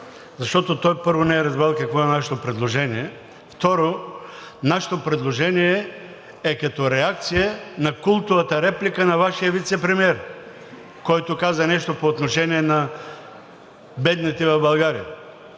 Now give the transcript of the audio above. Защото той, първо, не е разбрал какво е нашето предложение. Второ, нашето предложение е като реакция на култовата реплика на Вашия вицепремиер, който каза нещо по отношение на бедните в България.